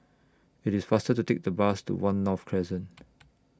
IT IS faster to Take The Bus to one North Crescent